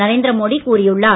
நரேந்திர மோடி கூறியுள்ளார்